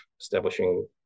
establishing